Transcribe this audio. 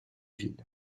ville